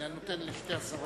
הנה, אני נותן לשתי השרות.